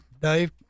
Dave